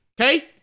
okay